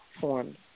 forms